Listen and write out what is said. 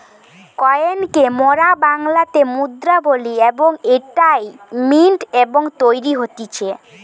coin কে মোরা বাংলাতে মুদ্রা বলি এবং এইটা মিন্ট এ তৈরী হতিছে